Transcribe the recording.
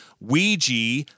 Ouija